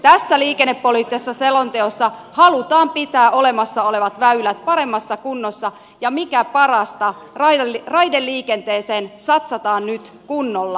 tässä liikennepoliittisessa selonteossa halutaan pitää olemassa olevat väylät paremmassa kunnossa ja mikä parasta raideliikenteeseen satsataan nyt kunnolla